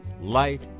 Light